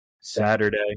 Saturday